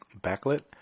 backlit